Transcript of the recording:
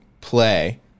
play